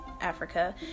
Africa